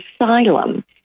asylum